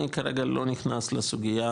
אני כרגע לא נכנס לסוגייה